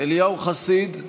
אליהו חסיד,